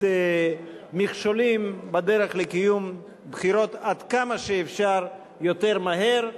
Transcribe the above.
מכשולים בדרך לקיום בחירות עד כמה שאפשר יותר מהר,